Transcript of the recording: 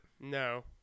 No